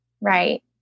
Right